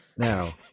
Now